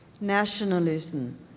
Nationalism